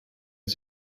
and